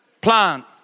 plant